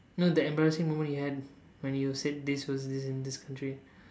no the embarrassing moment you had when you said this was this in this country